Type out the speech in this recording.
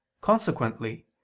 Consequently